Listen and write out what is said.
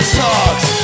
talks